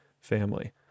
family